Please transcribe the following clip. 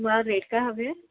तुम्हाला रेट काय हवे आहेत